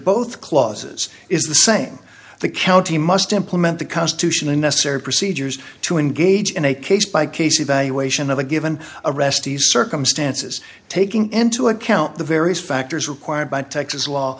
both clauses is the same the county must implement the constitution the necessary procedures to engage in a case by case evaluation of a given arrestees circumstances taking into account the various factors required by texas law